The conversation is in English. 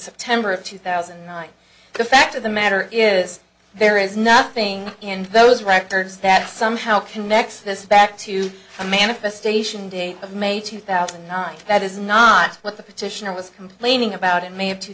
september of two thousand and nine the fact of the matter is there is nothing in those records that somehow connects this back to a manifestation date of may two thousand and nine that is not what the petitioner was complaining about in may of two